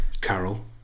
Carol